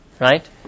right